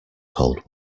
cold